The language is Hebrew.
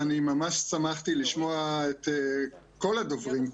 ואני ממש שמחתי לשמוע את כל הדוברים,